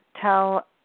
tell